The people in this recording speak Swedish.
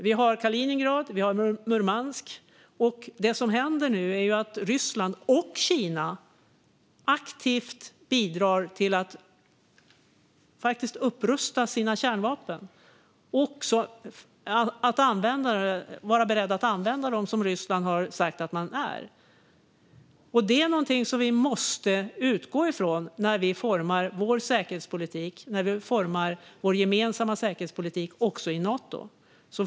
Vi har Kaliningrad, vi har Murmansk, och det som händer nu är att Ryssland och även Kina aktivt bidrar till att faktiskt upprusta sina kärnvapen och också att vara beredda att använda dem, som Ryssland har sagt att man är. Detta är någonting som vi måste utgå ifrån när vi formar vår säkerhetspolitik och vår gemensamma säkerhetspolitik också i Nato.